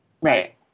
right